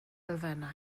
elfennau